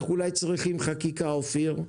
אנחנו אולי צריכים חקיקה אופיר,